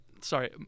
sorry